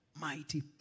mighty